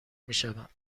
میشوند